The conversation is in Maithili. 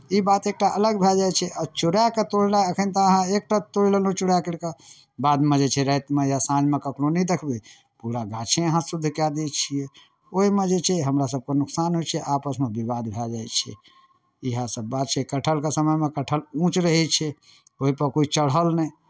ई बात एकटा अलग भए जाइ छै आ चोराए कऽ तोड़नाइ एखन तऽ अहाँ एकटा तोड़ि लेलहुँ चोड़ाए करि कऽ बादमे जे छै राइतमे साँझमे या कखनहुँ नहि देखबै पूरा गाछे अहाँ शुद्ध कए दै छियै ओहिमे जे छै हमरासभके नोकसान होइ छै आपसमे विवाद भए जाइ छै इएहसभ बात छै कटहरके समयमे कटहर ऊँच रहै छै ओहिपर कोइ चढ़ल नहि